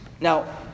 Now